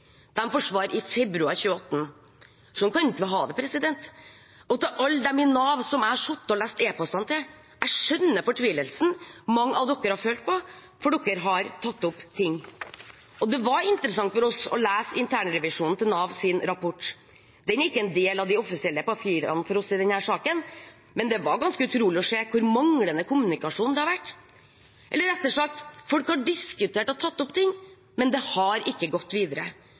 i februar 2018. Sånn kan vi ikke ha det. Til alle dem i Nav jeg har sittet og lest e-postene til: Jeg skjønner fortvilelsen mange av dere har følt på, for dere har tatt opp ting. Det var interessant for oss å lese rapporten til Navs internrevisjon. Den er ikke en del av de offisielle papirene for oss i denne saken, men det var ganske utrolig å se hvor mangelfull kommunikasjonen har vært. Eller rettere sagt: Folk har diskutert og tatt opp ting, men det har ikke gått videre.